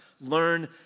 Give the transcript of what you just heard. learn